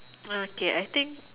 ah okay I think